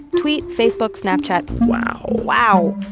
tweet, facebook, snapchat wow wow,